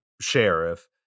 sheriff